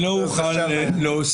על כך לא אוכל להוסיף.